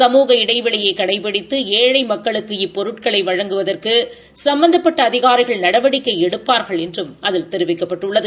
சமூக இடைவெளியை கடைபிடித்து ஏழை மக்களுக்கு இப்பொருட்களை வழங்குவதற்கு சும்பந்தப்பட்ட அதிகாரிகள் நடவடிக்கை எடுப்பார்கள் என்றும் அதில் தெரிவிக்கப்பட்டுள்ளது